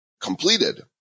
completed